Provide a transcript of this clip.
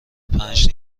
پنج